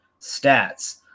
stats